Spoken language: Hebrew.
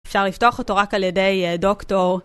אפשר לפתוח אותו רק על ידי דוקטור.